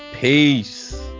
Peace